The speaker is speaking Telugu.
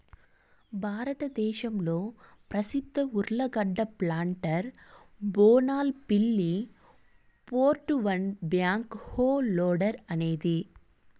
భారతదేశంలో ప్రసిద్ధ ఉర్లగడ్డ ప్లాంటర్ బోనాల్ పిల్లి four two one backhoe loader అనేది